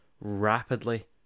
rapidly